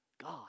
God